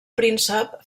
príncep